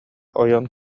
ойон